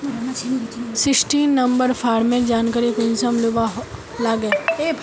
Sixteen number farmer जानकारी कुंसम लुबा लागे?